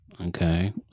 okay